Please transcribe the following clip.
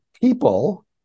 people